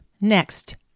Next